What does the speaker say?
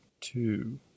two